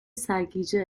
سرگیجه